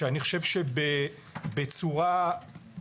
אני חושב שהוא אומר בסוף,